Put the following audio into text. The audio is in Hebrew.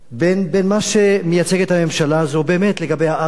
בין מה שמייצגת הממשלה הזו לגבי הארץ הזו,